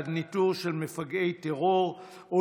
ועד ניטור של מפגעי טרור או,